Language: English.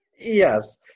Yes